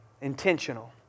intentional